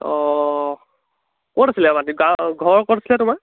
অঁ ক'ত আছিলে মাটি গাঁও ঘৰৰ ক'ত আছিলে তোমাৰ